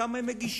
כמה הם מגישים,